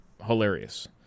hilarious